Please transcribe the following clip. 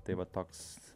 tai va toks